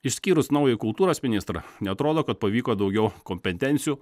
išskyrus naują kultūros ministrą neatrodo kad pavyko daugiau kompetencijų